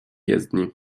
jezdni